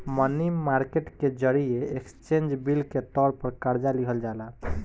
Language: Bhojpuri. मनी मार्केट के जरिए एक्सचेंज बिल के तौर पर कर्जा लिहल जाला